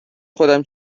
خودم